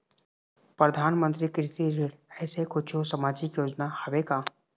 परधानमंतरी कृषि ऋण ऐसे कुछू सामाजिक योजना हावे का?